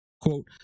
Quote